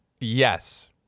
yes